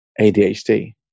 adhd